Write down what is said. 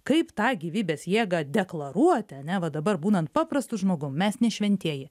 kaip tą gyvybės jėgą deklaruoti ane va dabar būnant paprastu žmogum mes ne šventieji